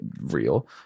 real